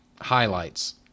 highlights